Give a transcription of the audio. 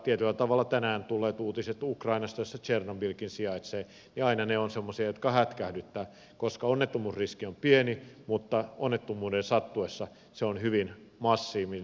tietyllä tavalla tänään tulleet uutiset ukrainasta jossa tsernobylkin sijaitsee aina ovat semmoisia jotka hätkähdyttävät koska onnettomuusriski on pieni mutta onnettomuuden sattuessa se on hyvin massiivinen